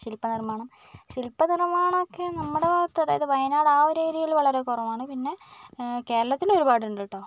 ശിൽപ്പ നിർമാണം ശിൽപ്പ നിർമാണമൊക്കെ നമ്മുടെ ഭാഗത്ത് അതായത് വയനാട് ആ ഒരേര്യയിൽ വളരെ കുറവാണ് പിന്നെ കേരളത്തിലൊരുപാടുണ്ടുട്ടോ